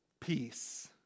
peace